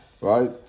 right